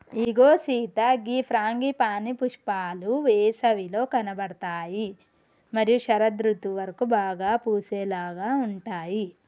ఇగో సీత గీ ఫ్రాంగిపానీ పుష్పాలు ఏసవిలో కనబడుతాయి మరియు శరదృతువు వరకు బాగా పూసేలాగా ఉంటాయి